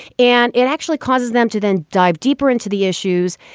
and it actually causes them to then dive deeper into the issues.